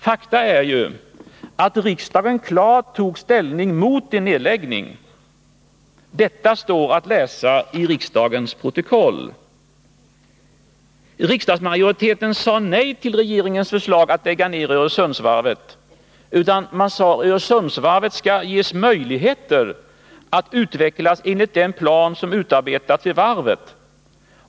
Faktum är ju att riksdagen klart tog ställning mot en nedläggning. Detta står att läsa i riksdagens protokoll. Riksdagsmajoriteten sade nej till regeringens förslag att lägga ner Öresundsvarvet. Man sade: Öresundsvarvet skall ges möjligheter att utvecklas enligt den plan som utarbetats vid varvet.